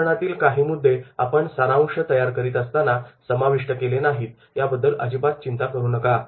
उदाहरणातील काही मुद्दे आपण सारांश तयार करीत असताना समाविष्ट केले नाहीत याबद्दल अजिबात चिंता करू नका